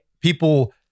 people